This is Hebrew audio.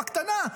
בקטנה.